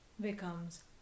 becomes